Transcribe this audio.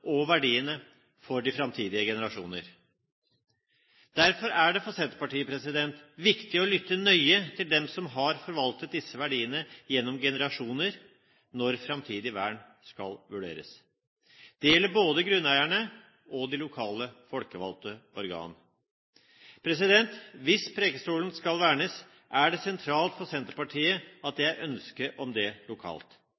og verdiene for de framtidige generasjoner. Derfor er det for Senterpartiet viktig å lytte nøye til dem som har forvaltet disse verdiene gjennom generasjoner, når framtidig vern skal vurderes. Det gjelder både grunneierne og de lokale folkevalgte organene. Hvis Preikestolen skal vernes, er det sentralt for Senterpartiet at